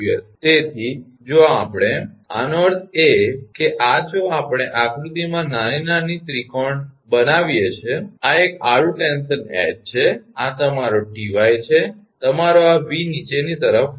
તેથી જો આપણે આનો અર્થ એ કે આ જો આપણે આ આકૃતિમાં નાની આકૃતિમાં ત્રિકોણ બનાવીએ કે આ એક આડું ટેન્શન 𝐻 છે અને આ તમારો 𝑇𝑦 છે કે તમારો આ 𝑉 નીચેની તરફ વર્તે છે